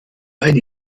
ein